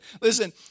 Listen